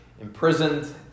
imprisoned